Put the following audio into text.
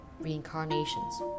reincarnations